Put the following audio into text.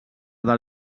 del